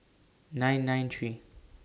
nine nine three